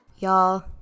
Y'all